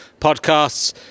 podcasts